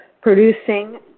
producing